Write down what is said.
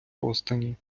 роздані